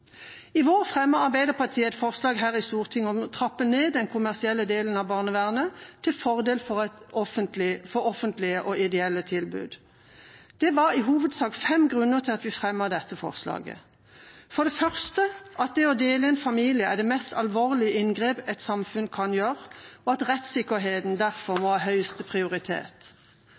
I vår fremmet Arbeiderpartiet et forslag her i Stortinget om å trappe ned den kommersielle delen av barnevernet til fordel for offentlige og ideelle tilbud. Det var i hovedsak fem grunner til at vi fremmet dette forslaget. Den første grunnen er at det å dele en familie er det mest alvorlige inngrep et samfunn kan gjøre, og at rettssikkerheten derfor må ha høyeste prioritet.